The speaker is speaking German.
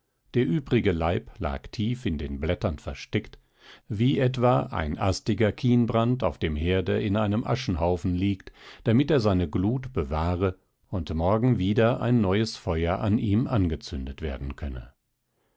der übrige leib lag tief in den blättern versteckt wie etwa ein astiger kienbrand auf dem herde in einem aschenhaufen liegt damit er seine glut bewahre und morgen wieder ein neues feuer an ihm angezündet werden könne